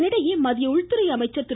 இதனிடையே மத்திய உள்துறை அமைச்சர் திரு